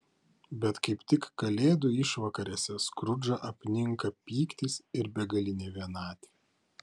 bet kaip tik kalėdų išvakarėse skrudžą apninka pyktis ir begalinė vienatvė